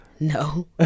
No